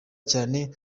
cyane